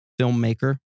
filmmaker